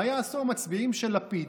מה יעשו המצביעים של לפיד,